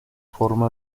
forma